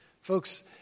Folks